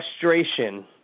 frustration